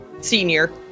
senior